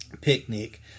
picnic